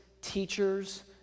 teachers